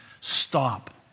stop